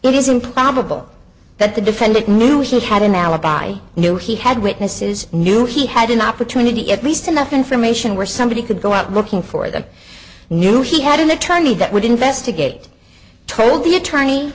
is improbable that the defendant knew he had an alibi knew he had witnesses knew he had an opportunity at least enough information where somebody could go out looking for them knew he had an attorney that would investigate told the attorney